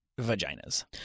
vaginas